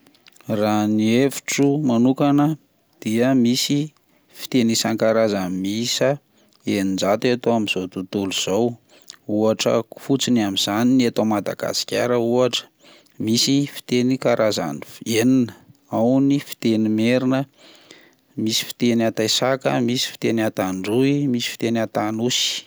Raha ny hevitro manokana dia misy fiteny isan-karazany miisa eninjato eto amin'izao tontolo izao, ohatra fotsiny amin'izany ny eto Madagasikara ohatra misy fiteny karazany enina ao ny fiteny merina, misy fiteny antaisaka, misy fiteny antandroy, misy fiteny antanosy.